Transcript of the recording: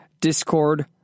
Discord